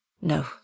No